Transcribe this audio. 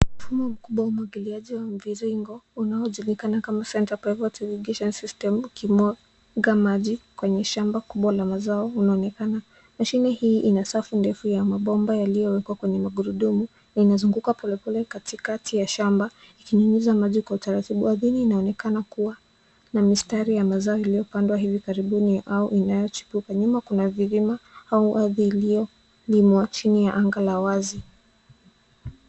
Mfumo mkubwa wa umwagiliaji mviringo uanojulikana kama center pivot irrigation system ukimwaga maji kwenye shamba kubwa la mazao unaonekana. Mashini hii ina safu ndefu ya mabomba yaliyowekwa kwenye magurudumu na inazunguka polepole katikati ya shamba ikinyunyuza maji kwa utaratibu. Ardhini inaonekana kuwa na mistari ya mazao iliyopandwa hivi karibuni au inayochipuka. Nyuma kuna vilima au ardhi iliyolimwa chini ya anga la wazi.